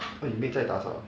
oh 你的 maid 在打扫 ah